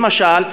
למשל,